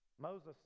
Moses